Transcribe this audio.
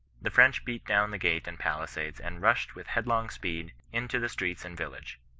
the french beat down the gate and palisades and rushed with headlong speed into the streets and village.